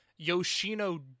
Yoshino